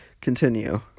continue